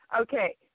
Okay